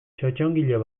txotxongilo